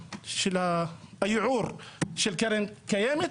הערעור של קרן קיימת,